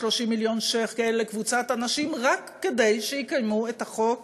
מיליון שקל לקבוצת אנשים רק כדי שיקיימו את החוק